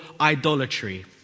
idolatry